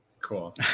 Cool